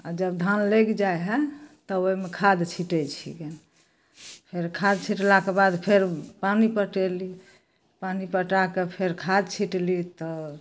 आओर जब धान लागि जाइ हइ तब ओहिमे खाद छिटै छिए फेर खाद छिटलाके बाद फेर पानि पटेलहुँ पानि पटाकऽ फेर खाद छिटलहुँ तऽ